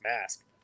mask